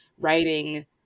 writing